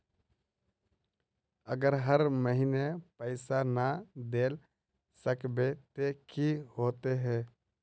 अगर हर महीने पैसा ना देल सकबे ते की होते है?